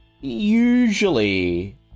usually